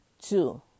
Two